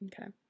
Okay